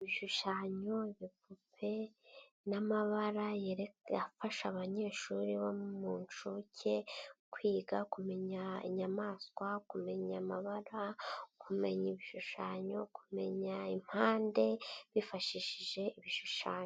Ibishushanyo, ibipupe n'amabara afasha abanyeshuri bo mu nshuke, kwiga kumenya inyamaswa, kumenya amabara, kumenya ibishushanyo, kumenya impande, bifashishije ibishushanyo.